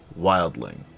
wildling